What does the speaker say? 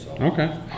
Okay